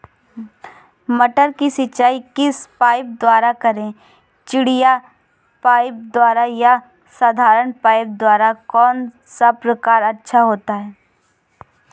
मटर की सिंचाई किस पाइप द्वारा करें चिड़िया पाइप द्वारा या साधारण पाइप द्वारा कौन सा प्रकार अच्छा होता है?